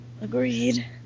Agreed